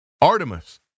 Artemis